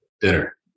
dinner